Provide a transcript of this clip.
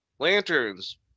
Lanterns